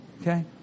Okay